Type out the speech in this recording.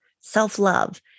self-love